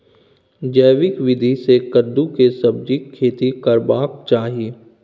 जैविक विधी से कद्दु के सब्जीक खेती करबाक चाही?